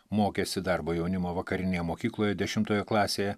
mokėsi darbo jaunimo vakarinėje mokykloje dešimtoje klasėje